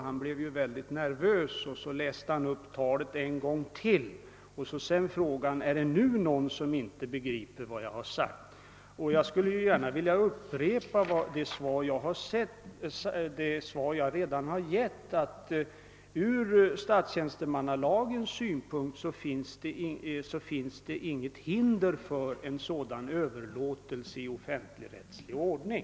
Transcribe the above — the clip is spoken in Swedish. Han blev nervös och läste upp talet en gång till och frågade sedan: »Är det nu någon som inte begriper vad jag sagt?» Jag skulle gärna vilja upprepa vad jag redan sagt i mitt svar, att det i statstjänstemannalagen inte finns något hinder för en sådan överlåtelse i offentligrättslig ordning.